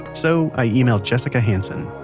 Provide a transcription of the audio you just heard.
so i emailed jessica hansen